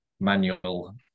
manual